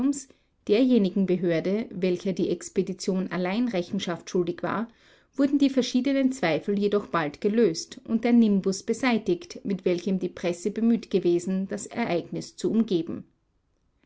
derjenigen behörde welcher die expedition allein rechenschaft schuldig war wurden die verschiedenen zweifel jedoch bald gelöst und der nimbus beseitigt mit welchem die presse bemüht gewesen das ereignis zu umgeben